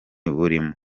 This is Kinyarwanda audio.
burimo